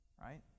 Right